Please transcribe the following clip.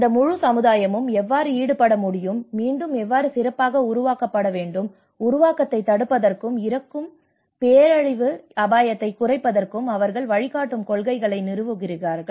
இந்த முழு சமுதாயமும் எவ்வாறு ஈடுபட முடியும் மீண்டும் எவ்வாறு சிறப்பாக உருவாக்கப்பட வேண்டும் உருவாக்கத்தைத் தடுப்பதற்கும் இருக்கும் பேரழிவு அபாயத்தைக் குறைப்பதற்கும் அவர்கள் வழிகாட்டும் கொள்கைகளை நிறுவுகிறார்கள்